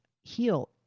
heal